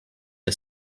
are